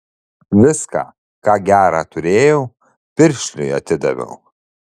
viską ką gera turėjau piršliui atidaviau